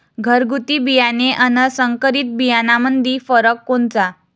घरगुती बियाणे अन संकरीत बियाणामंदी फरक कोनचा?